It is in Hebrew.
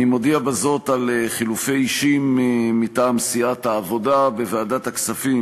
אני מודיע בזאת על חילופי אישים מטעם סיעת העבודה: בוועדת הכספים,